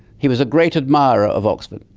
he was a great admirer of oxford.